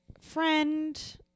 friend